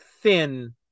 thin